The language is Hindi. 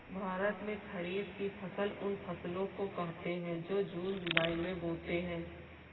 भारत में खरीफ की फसल उन फसलों को कहते है जो जून जुलाई में बोते है